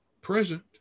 present